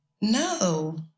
No